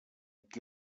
qui